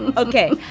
and ok,